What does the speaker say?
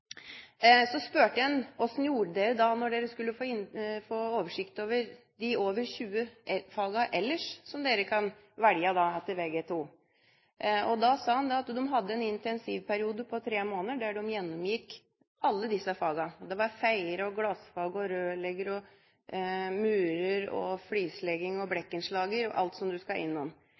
Så spurte jeg ham: Hvordan gjorde dere det da dere skulle få oversikt over de over 20 fagene ellers som dere kan velge på Vg2? Da sa han at de hadde en intensivperiode på tre måneder der de gjennomgikk alle disse fagene. Det var feier, glassfag, rørlegger, murer, flislegging og blikkenslager og alt som man skal innom.